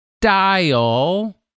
dial